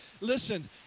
Listen